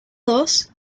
dos